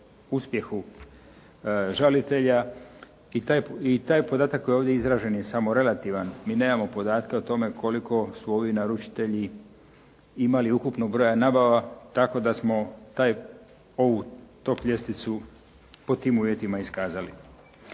uspjehu žalitelja i taj podatak koji je ovdje izražen je samo relativan, mi nemamo podatke o tome koliko su ovi naručitelji imali ukupno broja nabava tako da smo taj, ovu top ljestvicu pod tim uvjetima iskazali.